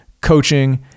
coaching